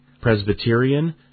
presbyterian